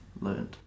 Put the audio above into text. learned